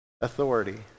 authority